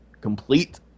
complete